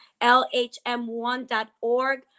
LHM1.org